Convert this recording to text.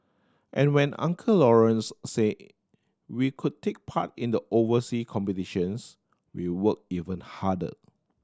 and when Uncle Lawrence said we could take part in the oversea competitions we worked even harder